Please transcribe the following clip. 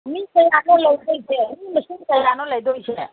ꯃꯤ ꯀꯌꯥꯅꯣ ꯂꯩꯗꯣꯏꯁꯦ ꯃꯤ ꯃꯁꯤꯡ ꯀꯌꯥꯅꯣ ꯂꯩꯗꯣꯏꯁꯦ